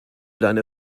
deine